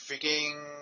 freaking